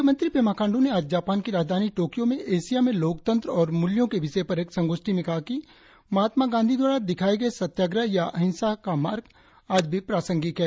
मुख्यमंत्री पेमा खाण्डू ने आज जापान की राजधानी टोकियो में एशिया में लोकतंत्र और मूल्यों के विषय पर एक संगोष्ठी मे कहा कि महात्मा गांधी द्वारा दिखाए गए सत्याग्रह या अहिंसा का मार्ग आज भी प्रासंगिक है